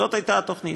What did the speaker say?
זאת הייתה התוכנית,